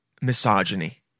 misogyny